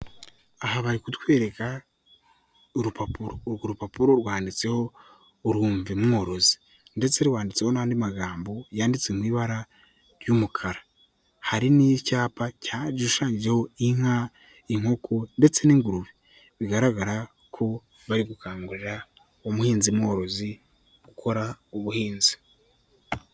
Aha bari kutwereka urupapuro, urwo rupapuro rwanditseho urumve mworozi ndetse rwanditseho n'andi magambo yanditswe mu ibara ry'umukara, hari n'icyapa gishushanyijeho inka, inkoko ndetse n'ingurube, bigaragara ko bari gukangurira umuhinzi mworozi gukora ubuhinzi.